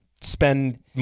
spend